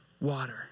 water